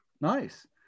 Nice